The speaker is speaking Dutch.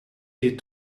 hier